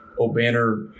O'Banner